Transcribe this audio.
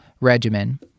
regimen